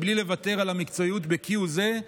בלי לוותר על המקצועיות כהוא זה,